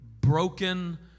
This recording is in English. broken